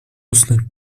устных